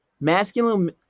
Masculine